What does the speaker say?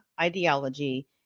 ideology